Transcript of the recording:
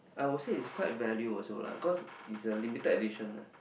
I would say is quite value also lah because is a limited edition lah